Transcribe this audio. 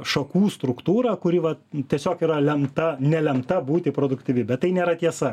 šakų struktūrą kuri va tiesiog yra lemta nelemta būti produktyvi bet tai nėra tiesa